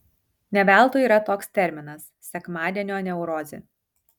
ne veltui yra toks terminas sekmadienio neurozė